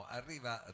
arriva